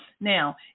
Now